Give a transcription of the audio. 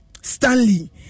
Stanley